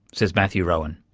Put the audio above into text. says matthew roughan.